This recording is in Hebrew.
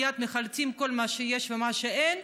מייד מחלטים כל מה שיש ומה שאין.